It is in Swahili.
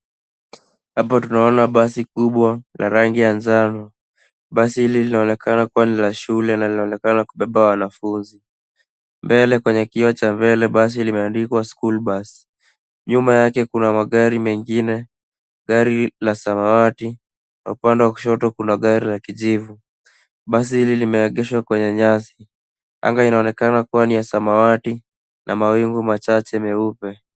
Hapo tunaona basi kubwa la rangi ya njano. Basi hili linaonekana kuwa ni la shule na linaonekana kubeba wanafunzi. Mbele kwenye kioo cha mbele basi limeandikwa school bus . Nyuma yake kuna magari mengine, gari la samawati na upande wa kushoto kuna gari la kijivu. Basi hili limeegeshwa kwenye nyasi. Anga inaonekana kuwa ni ya samawati na mawingu machache meupe.